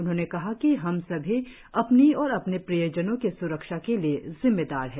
उन्होंने कहा कि हम सभी अपनी और अपने प्रियजनों के सुरक्षा के लिए जिम्मेदार है